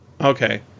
Okay